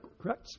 correct